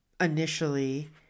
initially